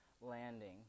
landing